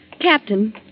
Captain